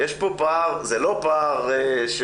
זה לא פער ש